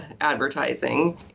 advertising